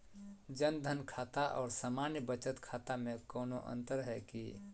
जन धन खाता और सामान्य बचत खाता में कोनो अंतर है की?